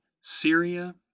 Syria